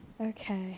Okay